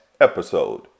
episode